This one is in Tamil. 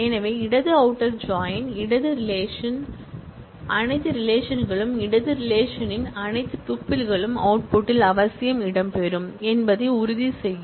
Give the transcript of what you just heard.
எனவே இடது அவுட்டர் ஜாயின் இடது ரிலேஷன்ன் அனைத்து ரிலேஷன்களும் இடது ரிலேஷன்ன் அனைத்து டூப்பிள்களும் அவுட்புட்டில் அவசியம் இடம்பெறும் என்பதை உறுதிசெய்